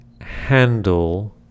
handle